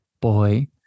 boy